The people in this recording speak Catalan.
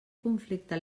conflicte